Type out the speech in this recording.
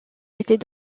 était